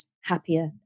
happier